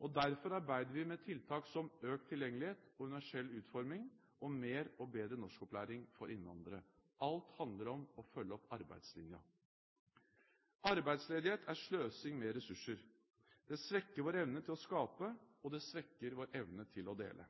jobb. Derfor arbeider vi med tiltak som økt tilgjengelighet, universell utforming og mer og bedre norskopplæring for innvandrere. Alt handler om å følge opp arbeidslinjen. Arbeidsledighet er sløsing med ressurser. Det svekker vår evne til å skape, og det svekker vår evne til å dele.